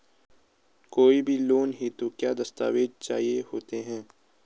कोई भी लोन हेतु क्या दस्तावेज़ चाहिए होते हैं?